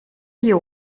you